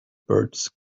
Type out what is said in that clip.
birds